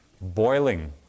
boiling